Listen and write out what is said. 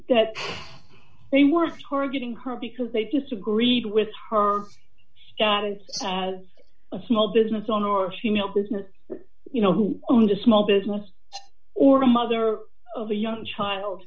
that they weren't targeting her because they disagreed with her status as a small business owner or female business you know who owned a small business or a mother of a young child